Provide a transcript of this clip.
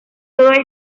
todo